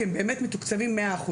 כי הם מתוקצבים 100%,